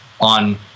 on –